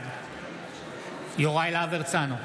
בעד יוראי להב הרצנו,